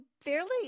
fairly